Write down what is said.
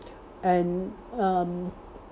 and um